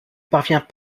parvient